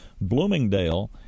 Bloomingdale